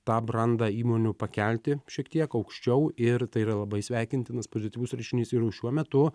tą brandą įmonių pakelti šiek tiek aukščiau ir tai yra labai sveikintinas pozityvus reiškinys ir jau šiuo metu